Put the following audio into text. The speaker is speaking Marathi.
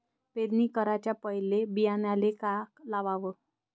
पेरणी कराच्या पयले बियान्याले का लावाव?